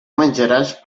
menjaràs